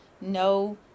no